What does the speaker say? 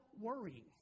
worrying